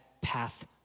path